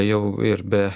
jau ir be